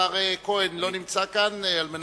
השר כהן לא נמצא כאן כדי להשיב.